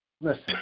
Listen